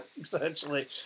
Essentially